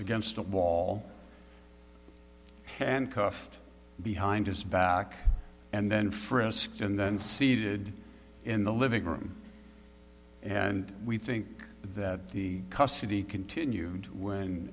against a wall handcuffed behind his back and then frisked and then seated in the living room and we think that the custody continued when